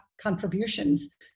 contributions